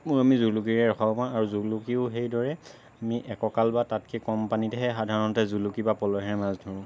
আমি জুলুকিৰে ৰখাব পাৰোঁ আৰু জুলুকিও সেইদৰে আমি একঁকাল বা তাতকৈ কম পানীতহে সাধাৰণতে জুলুকি বা পলহেৰে মাছ ধৰোঁ